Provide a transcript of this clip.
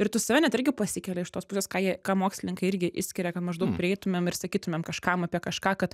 ir tu save net irgi pasikeli iš tos pusės ką jie ką mokslininkai irgi išskiria kad maždaug prieitumėm ir sakytumėm kažkam apie kažką kad